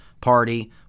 party